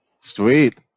Sweet